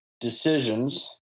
decisions